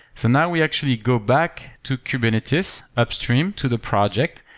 so now we actually go back to kubernetes, upstream to the project,